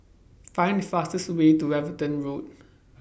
Find The fastest Way to Everton Road